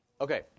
Okay